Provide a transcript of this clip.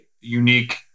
unique